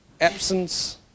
absence